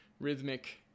rhythmic